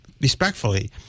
respectfully